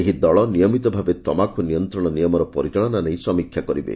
ଏହି ଦଳ ନିୟମିତ ଭାବେ ତମାଖୁ ନିୟନ୍ତଶ ନିୟମର ପରିଚାଳନା ନେଇ ସମୀକ୍ଷା କରିବେ